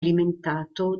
alimentato